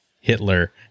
Hitler